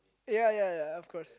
ya ya ya of course